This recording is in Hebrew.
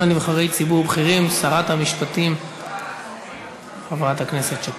לנבחרי ציבור בכירים שרת המשפטים חברת הכנסת שקד.